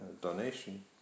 donation